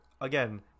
again